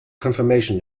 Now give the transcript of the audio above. confirmation